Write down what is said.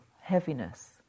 heaviness